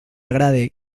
agrade